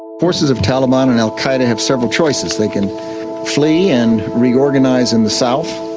forces of taliban and al qaeda have several choices, they can flee and reorganise in the south,